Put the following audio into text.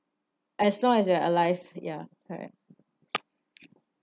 as long as you are alive ya correct